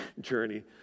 journey